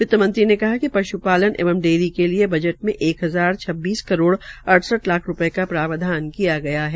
वित्तमंत्री ने कहा कि पशुपालन एवं डेयरी के लिये बजट मे एक हजार छब्बीस करोड़ अडसठ लाख रूपये का प्रावधान किया गया है